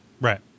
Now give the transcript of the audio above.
Right